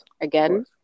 again